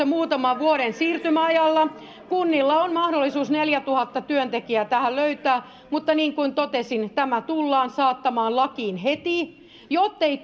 muutaman vuoden siirtymäajalla kunnilla on mahdollisuus neljätuhatta työntekijää tähän löytää mutta niin kuin totesin tämä tullaan saattamaan lakiin heti jottei